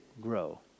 grow